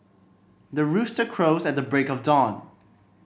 the rooster crows at the break of dawn